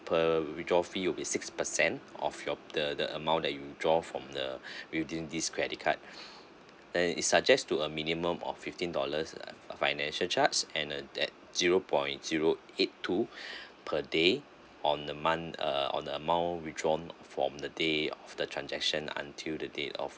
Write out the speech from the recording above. per withdraw fee will be six percent of your the the amount that you withdraw from the within this credit card and is suggest to a minimum of fifteen dollars uh financial charge and uh that zero point zero eight two per day on the month err on the amount withdrawn from the day of the transaction until the date of